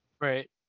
Right